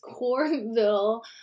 Cornville